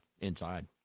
Inside